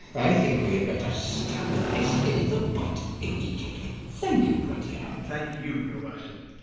i think we'd better stab this in the bud immediately. thank you, rudyard. and thank you, your worship.